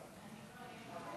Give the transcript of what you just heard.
אני לא.